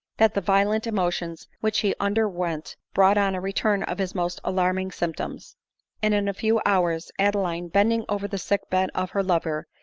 that the violent emotions which he underwent brought on a return of his most alarming symptoms and in a few hours adeline, bending over the sick bed of her lover,